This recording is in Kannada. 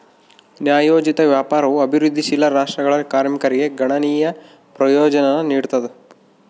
ನ್ಯಾಯೋಚಿತ ವ್ಯಾಪಾರವು ಅಭಿವೃದ್ಧಿಶೀಲ ರಾಷ್ಟ್ರಗಳ ಕಾರ್ಮಿಕರಿಗೆ ಗಣನೀಯ ಪ್ರಯೋಜನಾನ ನೀಡ್ತದ